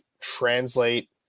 translate